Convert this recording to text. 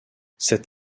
cet